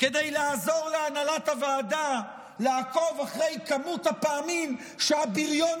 כדי לעזור להנהלת הוועדה לעקוב אחרי מספר הפעמים שהבריון